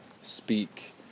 speak